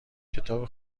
کتاب